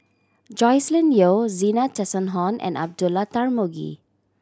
Joscelin Yeo Zena Tessensohn and Abdullah Tarmugi